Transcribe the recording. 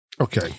Okay